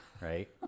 Right